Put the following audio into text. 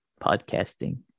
podcasting